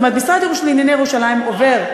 זאת אומרת, המשרד לענייני ירושלים עובר,